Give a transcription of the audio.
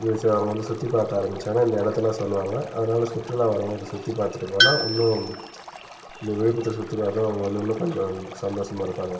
சுற்றி பார்க்க ஆரம்மிச்சாங்னா இந்த இடத்தலாம் சொல்லுவாங்க அதனால சுற்றுலா வரவங்க அதை சுற்றி பார்த்துட்டு போனா இன்னும் இந்த விழுப்புரத்தை சுற்றி பார்த்தா அவங்க வந்து இன்னும் கொஞ்சம் சந்தோஷமா இருப்பாங்க